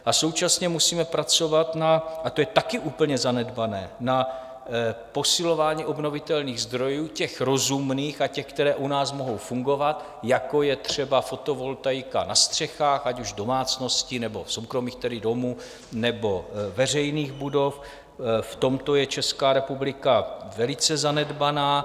A současně musíme pracovat na a to je taky úplně zanedbané posilování obnovitelných zdrojů, těch rozumných a těch, které u nás mohou fungovat, jako je třeba fotovoltaika na střechách, ať už domácností, nebo soukromých domů, nebo veřejných budov, v tomto je Česká republika velice zanedbaná.